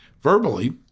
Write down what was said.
verbally